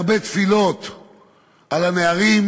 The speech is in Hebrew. הרבה תפילות על הנערים,